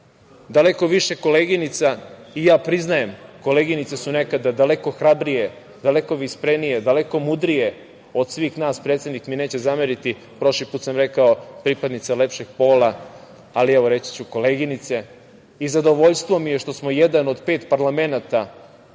daleko više koleginica. Priznajem, koleginice su nekada daleko hrabrije, daleko visprenije, daleko mudrije od svih nas. Predsednik mi neće zameriti, prošli put sam rekao pripadnice lepšeg pola, ali, evo, reći ću koleginice. Zadovoljstvo mi je što smo jedan od pet parlamenata,